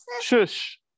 Shush